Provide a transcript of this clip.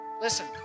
listen